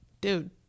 dude